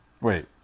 Wait